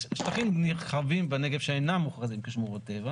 אז שטחים נרחבים בנגב שאינם מוכרזים כשמורות טבע,